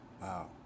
Wow